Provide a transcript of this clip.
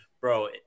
bro